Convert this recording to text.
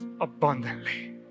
abundantly